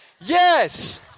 Yes